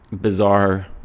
bizarre